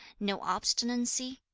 no obstinacy,